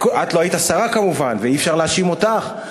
את לא היית השרה ואי-אפשר להאשים אותך,